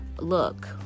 look